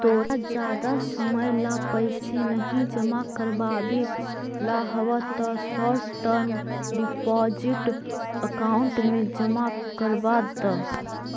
तोरा जादा समय ला पैसे नहीं जमा करवावे ला हव त शॉर्ट टर्म डिपॉजिट अकाउंट में जमा करवा द